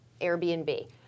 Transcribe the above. Airbnb